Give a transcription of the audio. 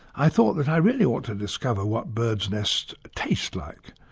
i thought that i really ought to discover what birds' nests taste like.